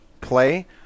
play